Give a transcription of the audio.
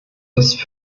das